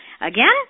Again